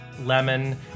lemon